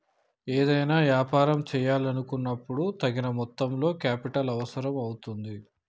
ఏదైనా యాపారం చేయాలనుకున్నపుడు తగిన మొత్తంలో కేపిటల్ అవసరం అవుతుంది